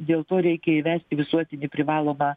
dėl to reikia įvesti visuotinį privalomą